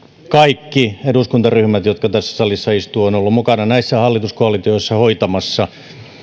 kaikki eduskuntaryhmät jotka tässä salissa istuvat ovat olleet mukana näissä hallituskoalitioissa hoitamassa